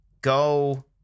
go